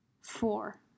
four